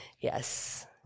Yes